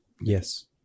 yes